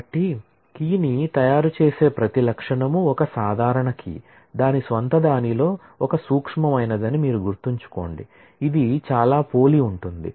కాబట్టి కీని తయారుచేసే ప్రతి లక్షణం ఒక సాధారణ కీ దాని స్వంతదానిలో ఒక సూక్ష్మమైనదని మీరు గుర్తుంచుకోండి ఇది చాలా పోలి ఉంటుంది